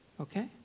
Okay